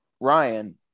Ryan